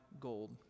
gold